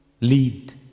lead